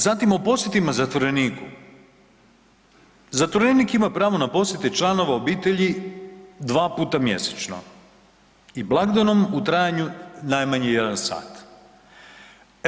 Zatim o posjetima zatvoreniku, zatvorenik ima pravo na posjete članova obitelji dva puta mjesečno i blagdanom u trajanju najmanje jedan sat.